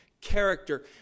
character